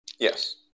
Yes